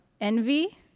envy